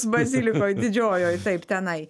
bazilikoj didžiojoj taip tenai